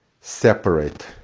separate